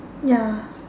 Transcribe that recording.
ya